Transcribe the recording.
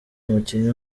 umukinnyi